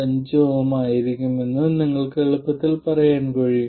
5 Ω ആയിരിക്കുമെന്നും നിങ്ങൾക്ക് എളുപ്പത്തിൽ പറയാൻ കഴിയും